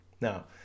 now